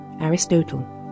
Aristotle